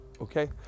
okay